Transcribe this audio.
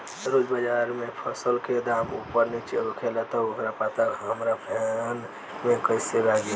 रोज़ बाज़ार मे फसल के दाम ऊपर नीचे होखेला त ओकर पता हमरा फोन मे कैसे लागी?